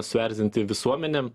suerzinti visuomenę